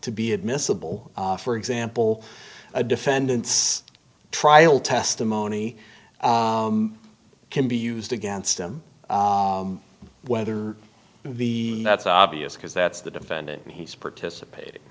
to be admissible for example a defendant's trial testimony can be used against him whether the that's obvious because that's the defendant he's participat